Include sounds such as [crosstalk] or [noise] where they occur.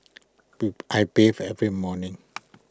[hesitation] I bathe every morning [noise]